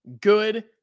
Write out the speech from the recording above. good